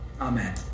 amen